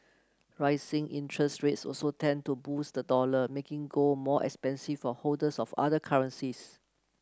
rising interest rates also tend to boost the dollar making gold more expensive for holders of other currencies